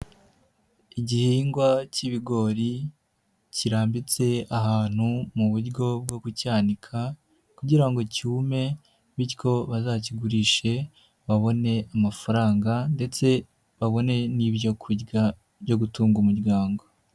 Igihingwa cy'ibigori kirambitse ahantu mu buryo bwo kucyanika, kugira ngo cyume bityo bazakigurishe babone amafaranga ndetse babone n'ibyo kurya byo gutunga umuryango.